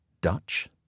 Dutch